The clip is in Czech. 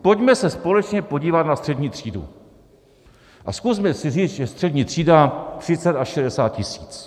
Pojďme se společně podívat na střední třídu a zkusme si říct, že střední třída 30 až 60 tisíc.